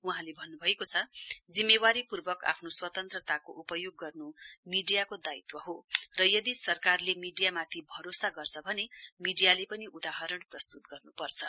वहाँले भन्नुभएको छ जिम्मेवारी पूर्वक आफ्नो स्वतन्त्रताको उपयोग गर्नु मीडियाको दायित्व हो र यदि सरकारले मीडियामाथि भरोसा गर्छ भने मीडियाले पनि उदाहरण प्रस्तुत गर्नुपर्छ